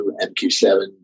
MQ7